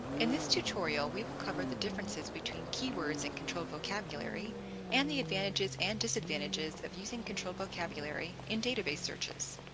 in this tutorial we will cover the differences between keywords and controlled vocabulary and the advantages and disadvantages of using controlled vocabulary in database searches.